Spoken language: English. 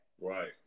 Right